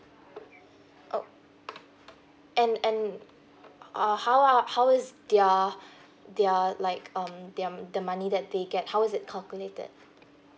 oh and and err how uh how is their their like um their their money that they get how is it calculated